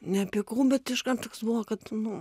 nepykau bet iškart toks buvo kad nu